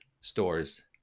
stores